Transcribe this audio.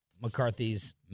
McCarthy's